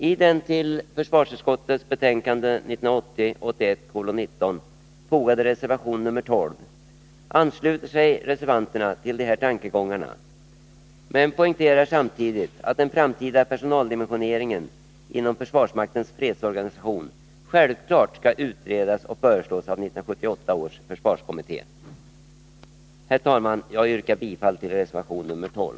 I den till försvarsutskottets betänkande 1980/81:19 fogade reservationen nr 12 ansluter sig reservanterna till dessa tankegångar men poängterar samtidigt att den framtida personaldimensioneringen inom försvarsmaktens fredsorganisation självfallet skall utredas och föreslås av 1978 års försvarskommitté. Herr talman! Jag yrkar bifall till reservation nr 12.